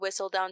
Whistledown